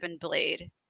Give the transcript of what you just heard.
Blade